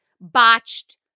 botched